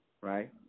right